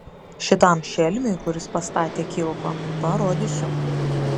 šitam šelmiui kuris pastatė kilpą parodysiu